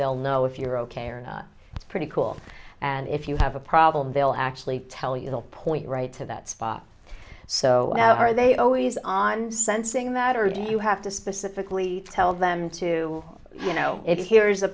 they'll know if you're ok or not pretty cool and if you have a problem they'll actually tell you they'll point right to that spot so are they always on sensing that or do you have to specifically tell them to you know if here is the